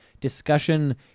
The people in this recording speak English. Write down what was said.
discussion